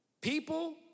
people